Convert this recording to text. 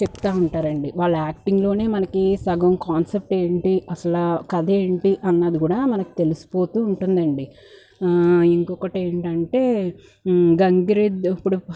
చెప్తావుంటారండీ వాళ్ళ యాక్టింగ్లోనే మనకి సగం కాన్సెప్ట్ ఏంటి అసలు కథ ఏంటి అన్నది కూడా మనకి తెలిసిపోతు ఉంటుందండి ఇంకొకటేంటంటే గంగిరెద్దు ఇప్పుడు